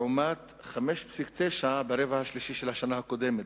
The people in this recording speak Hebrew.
לעומת 5.9% ברבע השלישי של השנה הקודמת.